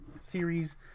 series